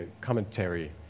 commentary